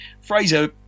Fraser